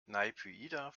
naypyidaw